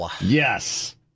Yes